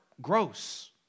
gross